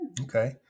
Okay